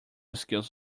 skills